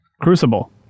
Crucible